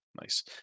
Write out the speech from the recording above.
Nice